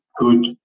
Good